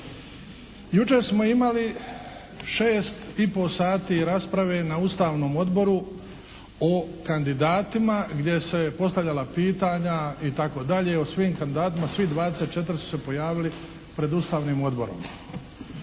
Jučer smo imali 6 i pol sati rasprave na Ustavnom odboru o kandidatima gdje su se postavljala pitanja itd. o svim kandidatima, svih 24 su se pojavili pred Ustavnim odborom.